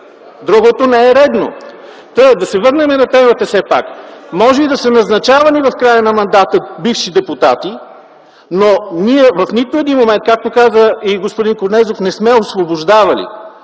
Другото не е редно. Да се върнем на темата все пак. Може и да са назначавани в края на мандата бивши депутати, но ние в нито един момент, както каза и господин Корнезов, не сме освобождавали.